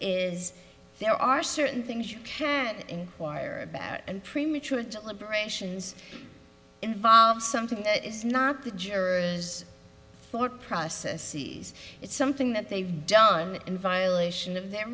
is there are certain things you can inquire about and premature to liberations involved something that is not the jurors thought process it's something that they've done in violation of their